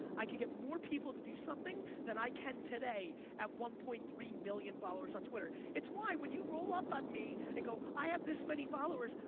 i could get more people to do something than i can today at one point three million followers on twitter. it's why when you roll up at me and go i have this many followers,